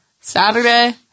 Saturday